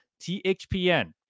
THPN